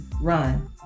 run